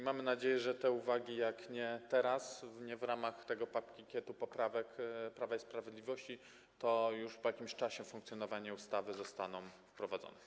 Mamy nadzieję, że te uwagi jak nie teraz, nie w ramach tego pakietu poprawek Prawa i Sprawiedliwości, to już po jakimś czasie funkcjonowania ustawy zostaną wprowadzone.